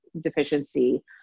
deficiency